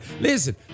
Listen